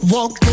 Walk